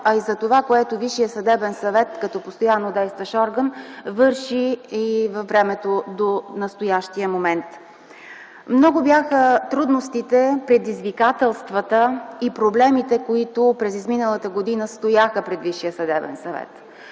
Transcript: а и за това, което Висшият съдебен съвет като постояннодействащ орган върши и във времето до настоящия момент. Много бяха трудностите, предизвикателствата и проблемите, които през изминалата година стояха пред Висшия съдебен съвет.